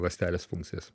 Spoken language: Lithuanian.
ląstelės funkcijas